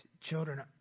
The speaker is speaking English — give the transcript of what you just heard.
children